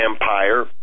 Empire